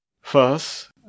First